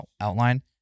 Outline